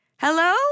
hello